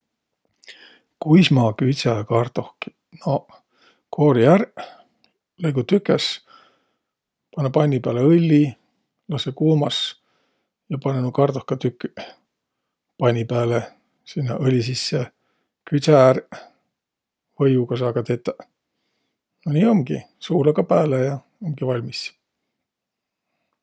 Kuis ma küdsä kardohkit? Noq, koori ärq, lõigu tükes, panõ panni pääle õlli, lasõ kuumas ja panõ nuuq kardohkatüküq panni pääle, sinnäq õli sisse, küdsä ärq. Võiuga saa ka tetäq. No nii umgiq. Suula ka pääle ja umgi valmis.